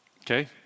Okay